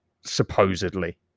supposedly